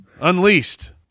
Unleashed